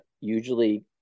usually